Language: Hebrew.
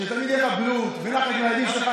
שתמיד יהיה לך בריאות ונחת מהילדים שלך.